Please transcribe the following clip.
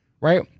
right